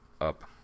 up